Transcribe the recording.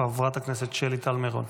חברת הכנסת שלי טל מרום.